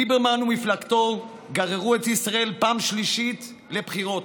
ליברמן ומפלגתו גררו את ישראל בפעם השלישית לבחירות.